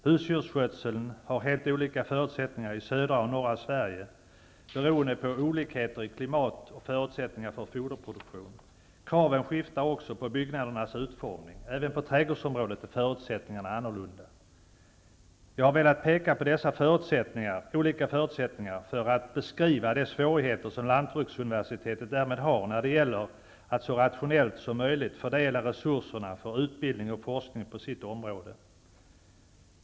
Husdjursskötseln har helt olika förutsättningar i södra och norra Sverige beroende på olikheter i klimat och förutsättningar för foderproduktion. Kraven skiftar också på byggnadernas utformning. Även på trädgårdsområdet är förutsättningarna annorlunda. Jag har velat peka på dessa olika förutsättningar för att beskriva de svårigheter som lantbruksuniversitetet därmed har när det gäller att så rationellt som möjligt fördela resurserna för utbildning och forskning på sitt område.